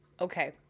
Okay